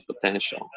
potential